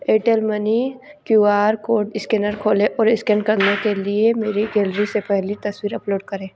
Airtel money Q R code scanner खोले और scan करने के लिए मेरी गैलरी से पहली तस्वीर अपलोड करें